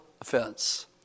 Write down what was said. offense